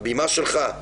הבמה שלך.